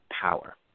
power